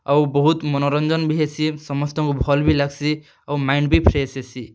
ଆଉ ବହୁତ୍ ମନୋରଞ୍ଜନ ବି ହେସି ସମସ୍ତଙ୍କୁ ଭଲ୍ ବି ଲାଗ୍ସି ଆଉ ମାଇଣ୍ଡ୍ ବି ଫ୍ରେଶ୍ ହେସି